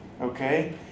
Okay